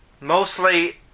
mostly